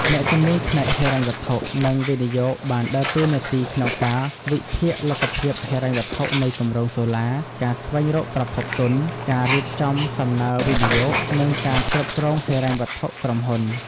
អ្នកជំនាញផ្នែកហិរញ្ញវត្ថុ និងវិនិយោគបានដើរតួនាទីក្នុងការវិភាគលទ្ធភាពហិរញ្ញវត្ថុនៃគម្រោងសូឡា ការស្វែងរកប្រភពទុន ការរៀបចំសំណើវិនិយោគ និងការគ្រប់គ្រងហិរញ្ញវត្ថុក្រុមហ៊ុន។